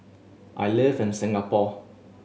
I live in Singapore